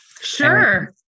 Sure